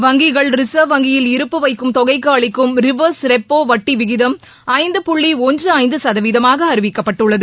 வங்கிகள் ரிசர்வ் வங்கியில் இருப்பு வைக்கும் தொகைக்கு அளிக்கும் ரிவர்ஸ் ரெப்போ வட்டி விகிதம் ஐந்து புள்ளி ஒன்று ஐந்து சதவீதமாக அறிவிக்கப்பட்டுள்ளது